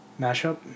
Mashup